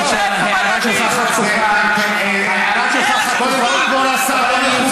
אין לך מה להגיד.